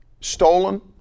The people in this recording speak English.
stolen